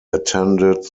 attended